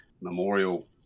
memorial